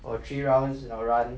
or three rounds you know run